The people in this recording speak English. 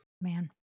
Man